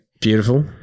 Beautiful